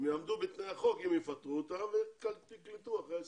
הם יעמדו בתנאי החוק אם הם יפטרו אותם ויקלטו אחרי ההסכם,